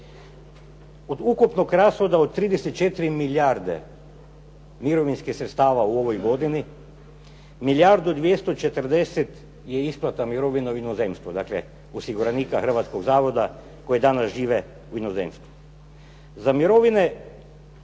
Od ukupnog rashoda od 34 milijarde mirovinskih sredstava u ovoj godini milijardu 240 je isplata mirovina u inozemstvu, dakle osiguranika hrvatskog zavoda koji danas žive u inozemstvu. Za mirovine